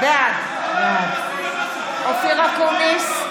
בעד אופיר אקוניס,